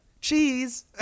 cheese